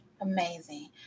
Amazing